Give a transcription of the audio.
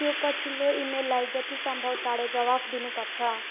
त्यो पछिल्लो इमेललाई जति सम्भव चाँडो जवाफ दिनुपर्छ